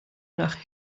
nach